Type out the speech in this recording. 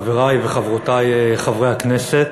תודה רבה, חברי וחברותי חברי הכנסת,